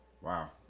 Wow